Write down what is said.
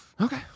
okay